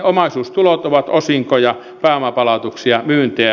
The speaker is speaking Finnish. omaisuustulot ovat osinkoja pääomapalautuksia myyntejä